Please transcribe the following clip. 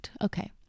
okay